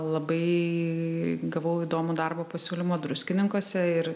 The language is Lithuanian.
labai gavau įdomų darbo pasiūlymą druskininkuose ir